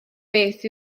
beth